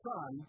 Son